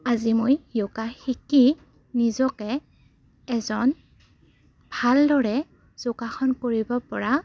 আজি মই য়োগা শিকি নিজকে এজন ভালদৰে যোগাসন কৰিব পৰা